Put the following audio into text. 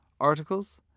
articles